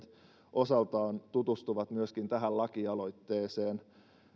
osaltaan tutustuvat myöskin tähän lakialoitteeseen